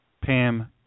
Pam